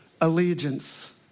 allegiance